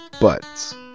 buts